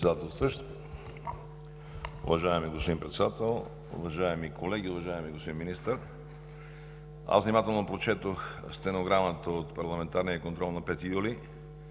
Ви, господин Председателстващ. Уважаеми господин Председател, уважаеми колеги! Уважаеми господин Министър, аз внимателно прочетох стенограмата от парламентарния контрол на 5 юли,